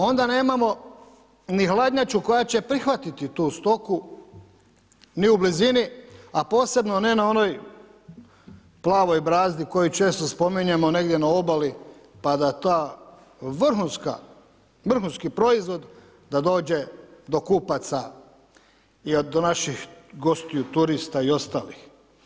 Onda nemamo ni hladnjaču koja će prihvatiti tu stoku, ni u blizini, a posebno ne na onoj plavoj brazdi koju često spominjemo negdje na obali pa da ta vrhunski proizvod da dođe do kupaca i do naših gostiju, turista i ostalih.